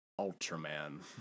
Ultraman